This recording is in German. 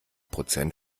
prozent